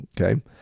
Okay